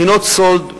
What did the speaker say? בחינות סאלד כוללות,